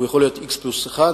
הוא יכול להיות גם x פלוס 1,